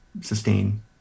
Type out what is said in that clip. sustain